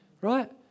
right